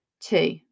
Two